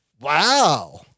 Wow